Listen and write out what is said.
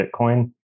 Bitcoin